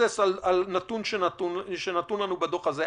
מתבסס על הדוח שנתון לנו בדוח הזה.